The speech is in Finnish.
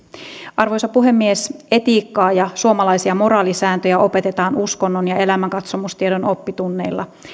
arvoisa puhemies etiikkaa ja suomalaisia moraalisääntöjä opetetaan uskonnon ja elämänkatsomustiedon oppitunneilla